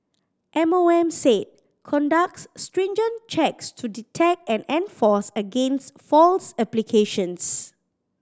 M O M said conducts stringent checks to detect and enforce against false applications